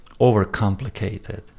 overcomplicated